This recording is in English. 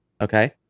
okay